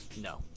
No